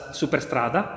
superstrada